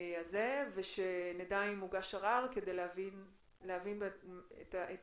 הזה ושנדע אם הוגש ערר כדי להבין את הגישה.